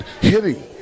hitting